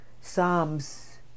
Psalms